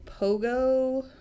pogo